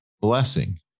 blessing